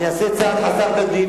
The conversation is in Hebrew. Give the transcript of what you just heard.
אני אעשה צעד חסר תקדים,